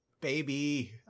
Baby